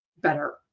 Better